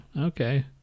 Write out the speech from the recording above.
okay